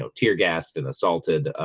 so tear-gassed and assaulted ah,